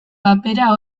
batera